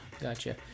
gotcha